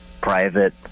private